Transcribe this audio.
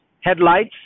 headlights